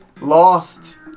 lost